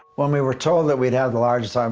when we were told that we'd have the largest, um